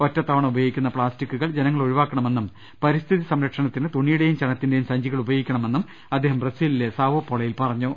ഒറ്റത്തവണ ഉപയോഗിക്കുന്ന പ്ലാസ്റ്റി ക്കുകൾ ജനങ്ങൾ ഒഴിവാക്കണമെന്നും പരിസ്ഥിതി സംരക്ഷത്തിന് തുണിയുടേയും ചണത്തിന്റേയും സഞ്ചികൾ ഉപയോഗിക്കണമെന്നും അദ്ദേഹം ബ്രസീലിലെ സാവോപോളോയിൽ പറഞ്ഞു